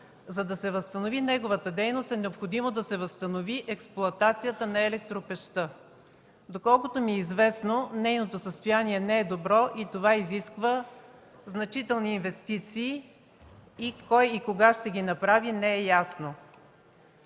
За да се възстанови неговата дейност, е необходимо да се възстанови експлоатацията на електропещта. Доколкото ми е известно, нейното състояние не е добро и това изисква значителни инвестиции, но кой и кога ще ги направи не е ясно.